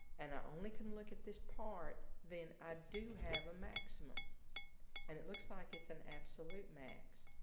and i only can look at this part, then i do have a maximum and it looks like it's an absolute max,